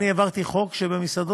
אני העברתי חוק לגבי מסעדות,